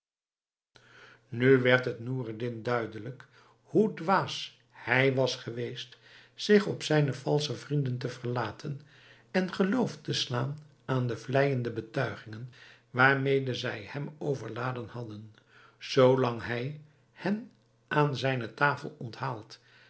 nu werd het noureddin duidelijk hoe dwaas hij was geweest zich op zijne valsche vrienden te verlaten en geloof te slaan aan de vleijende betuigingen waarmede zij hem overladen hadden zoolang hij hen aan zijne tafel onthaald